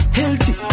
healthy